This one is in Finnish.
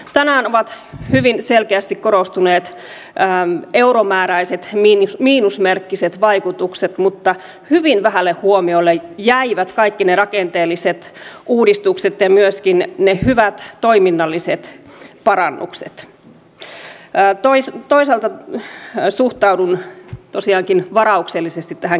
tänään ovat hyvin selkeästi korostuneet euromääräiset miinusmerkkiset vaikutukset mutta hyvin vähälle huomiolle jäivät kaikki ne rakenteelliset uudistukset ja myöskin ne hyvät toiminnalliset parannukset toisaalta suhtaudun tosiaankin varauksellisesti tähän keskusteluun